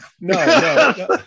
No